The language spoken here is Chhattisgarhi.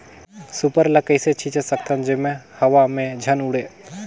सुपर ल कइसे छीचे सकथन जेमा हवा मे झन उड़े?